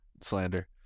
slander